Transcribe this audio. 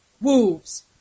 Wolves